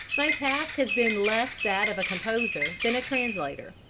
my task has been less that of a composer than a translator,